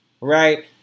right